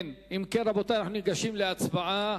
רבותי, אם כן, אנחנו ניגשים להצבעה